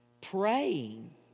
Praying